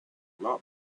not